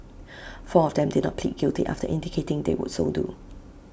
four of them did not plead guilty after indicating they would so do